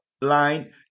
line